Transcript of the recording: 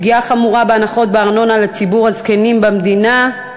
פגיעה חמורה בהנחות בארנונה לציבור הזקנים במדינה,